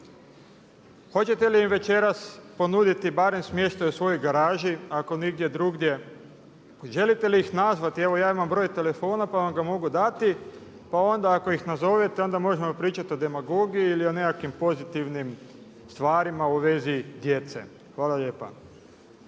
Hoćete li je večeras ponuditi barem smještaj u svojoj garaži ako nigdje drugdje? Želite li ih nazvati, evo ja imam broj telefona pa vam ga mogu dati. Pa onda ako ih nazovete onda možemo pričati o demagogiji ili o nekakvim pozitivnim stvarima u vezi djece. Hvala lijepa.